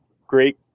great